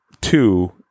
two